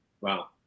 Wow